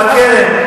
על הקרן.